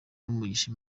n’umugisha